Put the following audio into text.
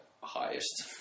highest